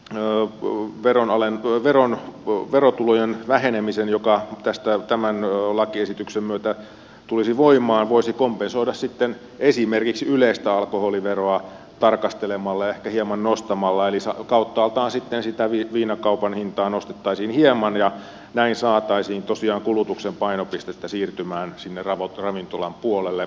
ne on kuin veronalenntui verran kuin verotulojen vähenemisen joka tämän lakiesityksen voimaantulon myötä tulisi voisi kompensoida sitten esimerkiksi yleistä alkoholiveroa tarkastelemalla ja ehkä hieman nostamalla eli kauttaaltaan sitten sitä viinakaupan hintaa nostettaisiin hieman ja näin saataisiin tosiaan kulutuksen painopistettä siirtymään sinne ravintolan puolelle